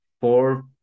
four